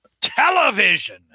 television